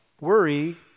worry